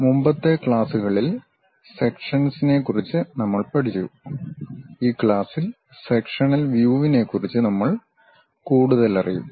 മുമ്പത്തെ ക്ലാസുകളിൽസെക്ഷൻസ് നേ കുറിച്ച് നമ്മൾ പഠിച്ചു ഈ ക്ലാസ്സിൽ സെക്ഷനൽ വ്യുവിനേകുറിച്ച് നമ്മൾ കൂടുതലറിയും